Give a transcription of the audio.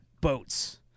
boats